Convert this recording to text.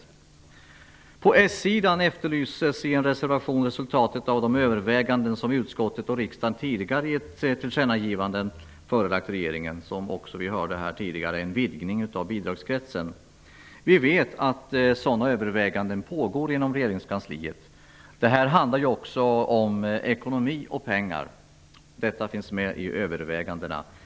Socialdemokraterna efterlyser i en reservation resultatet av de överväganden som utskottet och riksdagen tidigare i ett tillkännagivande förelagt regeringen om en vidgning av bidragskretsen -- något som redan har nämnts här. Vi vet att sådana överväganden pågår inom regeringskansliet. Det handlar ju även om ekonomi och pengar, vilket finns med i övervägandena.